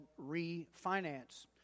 Refinance